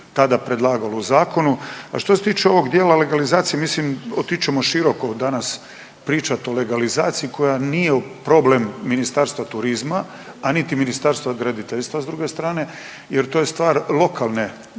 tada predlagalo u zakonu. A što se tiče ovog dijela legalizacije, mislim otići ćemo široko danas pričat o legalizaciji koja nije problem Ministarstva turizma, a niti Ministarstva graditeljstva s druge strane jer to je stvar lokalne,